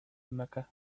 mecca